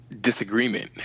disagreement